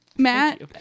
Matt